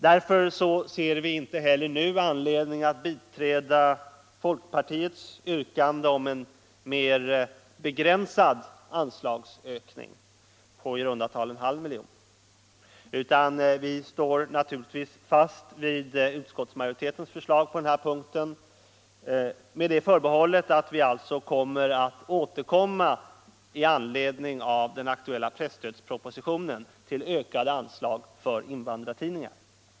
Därför har vi nu inte heller funnit anledning att biträda folkpartiets yrkande om en mer begränsad ökning av anslaget, nämligen på i runt tal 500 000 kr. Vi biträder alltså utskottsmajoritetens förslag på den här punkten med det förbehållet att vi återkommer med anledning av presstödspropositionen med krav på ökat anslag till in vandrartidningar.